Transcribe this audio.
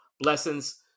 blessings